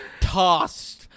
Tossed